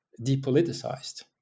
depoliticized